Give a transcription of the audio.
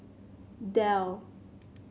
Dell